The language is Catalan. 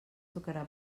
tocarà